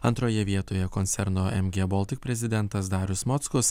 antroje vietoje koncerno mg baltic prezidentas darius mockus